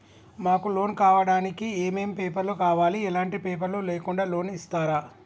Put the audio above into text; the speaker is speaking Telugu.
మాకు లోన్ కావడానికి ఏమేం పేపర్లు కావాలి ఎలాంటి పేపర్లు లేకుండా లోన్ ఇస్తరా?